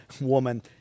woman